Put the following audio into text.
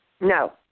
No